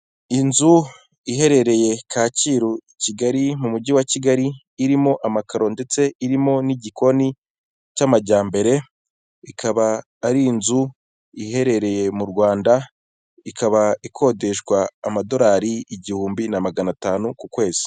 Inzu iherereye Kacyiru, i Kigali, mu mujyi wa Kigali, irimo amakaro, ndetse irimo n'igikoni cy'amajyambere, ikaba ari inzu iherereye mu Rwanda, ikaba ikodeshwa amadolari igihumbi na magana atanu ku kwezi.